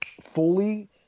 fully